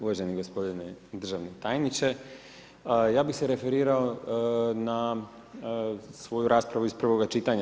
Uvaženi gospodine državni tajniče, ja bih se referirao na svoju raspravu iz prvoga čitanja.